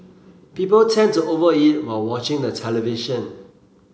people tend to over eat while watching the television